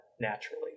naturally